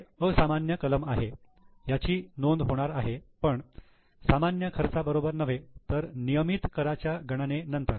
पुढे असामान्य कलम आहे याची नोंद होणार आहे पण सामान्य खर्चा बरोबर नव्हे तर नियमित कराच्या गणेने नंतर